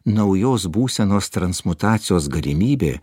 naujos būsenos transmutacijos galimybė